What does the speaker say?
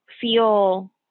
feel